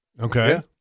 Okay